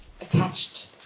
attached